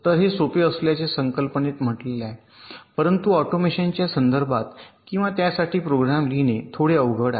तर हे सोपे असल्याचे संकल्पनेत म्हटले आहेपरंतु ऑटोमेशनच्या संदर्भात किंवा त्यासाठी प्रोग्राम लिहिणे थोडे अवघड आहे